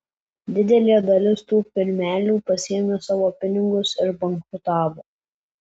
didelė dalis tų firmelių pasiėmė savo pinigus ir bankrutavo